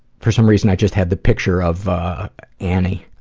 for some reason, i just had the picture of annie,